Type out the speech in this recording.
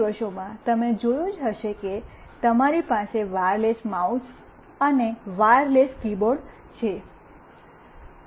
આ દિવસોમાં તમે જોયું જ હશે કે તમારી પાસે વાયરલેસ માઉસ અને વાયરલેસ કીબોર્ડ છે